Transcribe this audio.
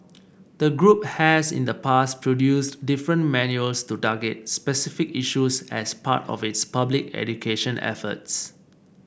the group has in the past produced different manuals to target specific issues as part of its public education efforts